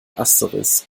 asterisk